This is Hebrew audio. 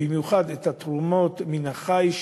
ובמיוחד את התרומות מן החי,